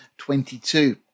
22